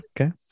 Okay